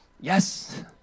yes